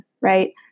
right